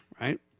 right